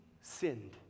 sinned